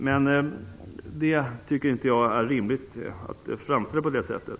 Men jag tycker inte att det är rimligt att framställa det på det sättet.